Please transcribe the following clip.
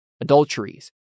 adulteries